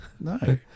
No